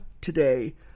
today